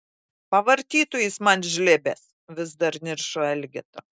pavartytų jis man žlibes vis dar niršo elgeta